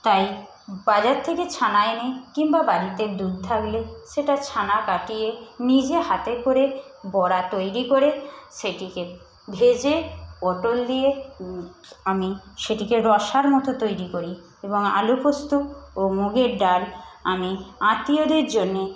তাই বাজার থেকে ছানা এনে কিংবা বাড়িতে দুধ থাকলে সেটা ছানা কাটিয়ে নিজে হাতে করে বড়া তৈরি করে সেটিকে ভেজে পটল দিয়ে আমি সেটিকে রসার মতো তৈরি করি এবং আলু পোস্ত ও মুগের ডাল আমি আত্মীয়দের জন্যে